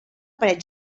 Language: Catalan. paret